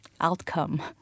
outcome